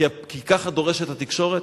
כי כך דורשת התקשורת?